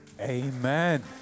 Amen